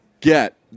get